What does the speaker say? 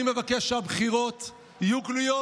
אני מבקש שהבחירות יהיו גלויות.